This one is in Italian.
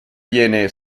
viene